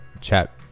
chat